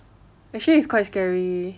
actually it's quite scary